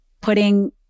putting